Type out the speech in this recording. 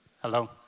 Hello